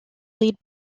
lead